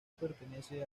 pertenece